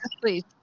please